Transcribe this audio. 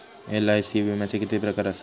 LIC विम्याचे किती प्रकार आसत?